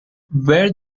where